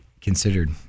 considered